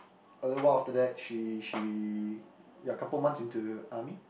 a little while after that she she ya couple month into army